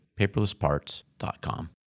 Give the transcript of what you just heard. paperlessparts.com